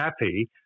happy